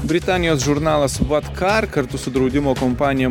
britanijos žurnalas vatkar kartu su draudimo kompanija